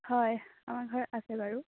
হয় আমাৰ ঘৰত আছে বাৰু